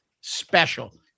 special